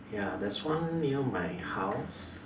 ya there's one near my house